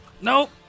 Nope